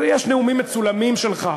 יש נאומים מצולמים שלך,